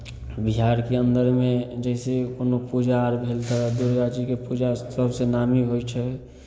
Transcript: बिहारके अन्दरमे जैसे कोनो पूजा आर भेल तऽ दुर्गा जीके पूजा सभसँ नामी होइ छै